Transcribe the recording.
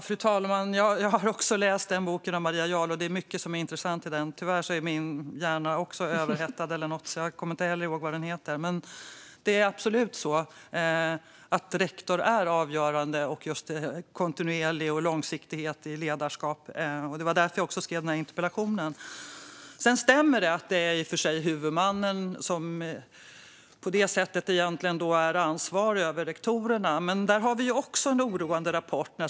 Fru talman! Jag har också läst den boken av Maria Jarl, och det är mycket som är intressant i den. Tyvärr är min hjärna också överhettad, så jag kommer inte heller ihåg vad den heter. Det är absolut så att kontinuitet och långsiktighet i ledarskapet är avgörande; det var därför jag skrev den här interpellationen. Det stämmer i och för sig att det är huvudmannen som är ansvarig över rektorerna. Även där finns dock en oroande rapport.